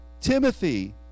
Timothy